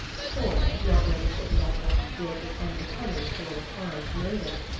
thor, not noticing that what he did was unbecoming to a refined maiden,